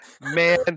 man